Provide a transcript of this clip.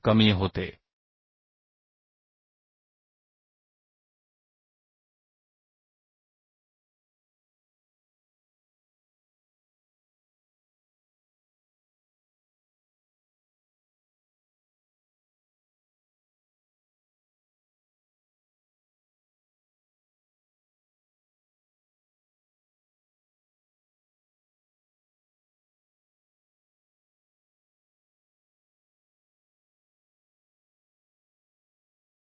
bolt जोडणीच्या बाबतीत ही एक मोठी गैरसोय आहे की कंपनशील भाराखाली नट सैल होतो आणि त्यामुळे ताकद कमी होणार आहे अनफिनिश्ड बोल्टची स्ट्रेंथ कमी आहेत एकसमान व्यास नसल्यामुळे स्ट्रेंथ हा आणखी एक डिसएडव्हांटेज आहे की अपूर्ण बोल्टची स्ट्रेंथ कमी आहे म्हणून आपल्याला अधिक संख्या आवश्यक आहे